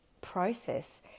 process